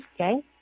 Okay